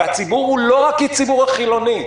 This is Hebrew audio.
הציבור הוא לא רק הציבור החילוני,